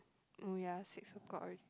oh ya six o-clock already